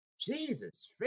Jesus